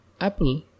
Apple